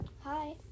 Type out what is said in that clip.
Hi